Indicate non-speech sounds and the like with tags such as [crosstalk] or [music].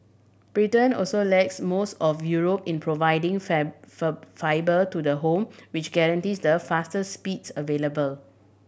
Britain also lags most of Europe in providing [unintelligible] fibre to the home which guarantees the fastest speeds available